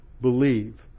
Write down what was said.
believe